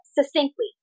succinctly